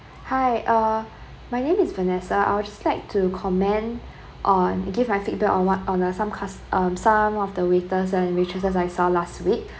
hi uh my name is vanessa I was just like to comment on give my feedback on what on a some cus~ um some of the waiters and waitresses I saw last week